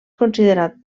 considerat